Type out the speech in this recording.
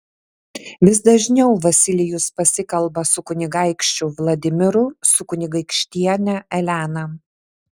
vis dažniau vasilijus pasikalba su kunigaikščiu vladimiru su kunigaikštiene elena